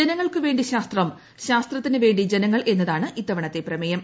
ജനങ്ങൾക്ക് വേണ്ടി ശാസ്ത്രം ശാസ്ത്രത്തിന് വേണ്ടി ജനങ്ങൾ എന്നതാണ് ഇത്തവണത്തെ പ്രമേയം